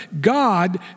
God